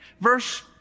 verse